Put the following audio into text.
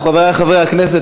חברי חברי הכנסת,